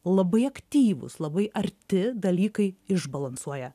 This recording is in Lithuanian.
labai aktyvūs labai arti dalykai išbalansuoja